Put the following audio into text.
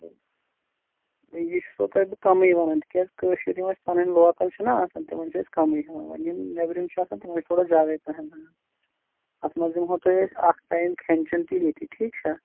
یہِ چھُ سو تۄہہِ بہٕ کَمٕے وَنَن تِکیٛازِ کٲشِر یِم اَسہِ پَنٕنۍ لوکَل چھِنا آسان تِمَن چھِ أسۍ کَمٕے وَنۍ یِم نیٚبرِم چھِ آسان تِمَن چھِ تھوڑا زیادَے پَہن اَتھ منٛز دِمہو تۄہہِ أسۍ اکھ ٹایم کھٮ۪ن چٮ۪ن تہِ ییٚتی ٹھیٖک چھا